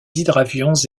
hydravions